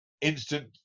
Instant